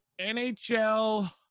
NHL